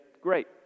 great